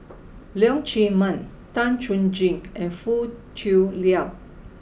Leong Chee Mun Tan Chuan Jin and Foo Tui Liew